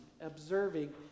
observing